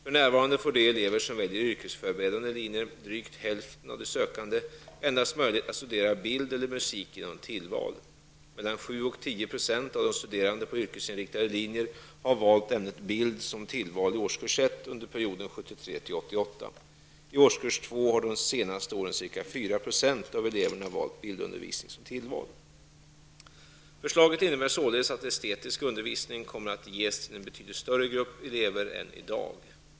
För närvarande får de elever som väljer yrkesförberedande linjer, drygt hälften av de sökande, endast möjlighet att studera bild eller musik genom tillval. Mellan 7--10 % av de studerande på yrkesinriktade linjer har valt ämnet bild som tillval i årskurs 1 under perioden 1973-- 1988. I årskurs 2 har de senaste åren ca 4 % av eleverna valt bildundervisning som tillval. Förslaget innebär således att estetisk undervisning kommer att ges till en betydligt större grupp elever än i dag.